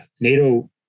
NATO